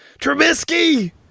Trubisky